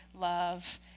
love